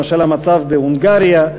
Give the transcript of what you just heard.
למשל המצב בהונגריה,